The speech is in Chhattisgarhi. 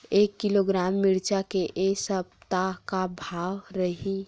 एक किलोग्राम मिरचा के ए सप्ता का भाव रहि?